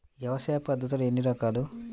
వ్యవసాయ పద్ధతులు ఎన్ని రకాలు?